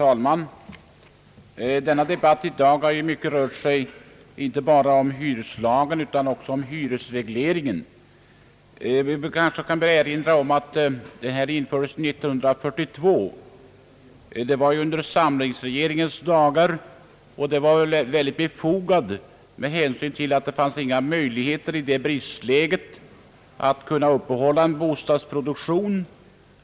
Herr talman! Debatten i dag har i stor utsträckning rört sig inte bara om hyreslagen utan också om hyresregleringen. Vi bör kanske erinra om att denna reglering infördes 1942 under samlingsregeringens dagar. Den var då synnerligen befogad med hänsyn till att i då rådande bristläge möjligheter saknades att upprätthålla en tillfredsställande bostadsproduktion.